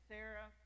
Sarah